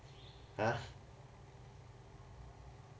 !huh!